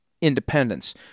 independence